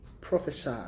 prophesy